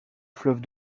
fleuve